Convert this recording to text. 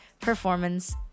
performance